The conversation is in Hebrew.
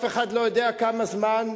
אף אחד לא יודע כמה זמן,